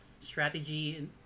strategy